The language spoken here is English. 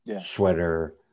sweater